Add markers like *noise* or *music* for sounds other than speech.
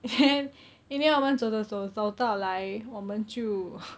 in the end in the end 我们走走走走到来我们就 *noise*